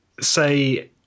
say